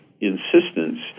insistence